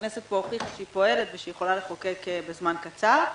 הכנסת הוכיחה שהיא פועלת ושהיא יכולה לחוקק בזמן קצר.